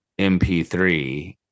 MP3